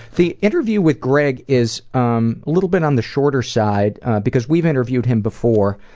the interview with greg is um a little bit on the shorter side because we've interviewed him before.